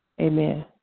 Amen